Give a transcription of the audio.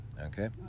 okay